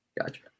Gotcha